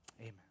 Amen